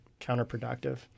counterproductive